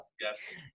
Yes